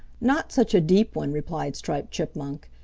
not such a deep one, replied striped chipmunk.